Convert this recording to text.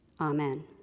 Amen